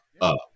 up